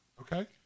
Okay